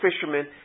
fishermen